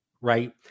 right